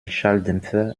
schalldämpfer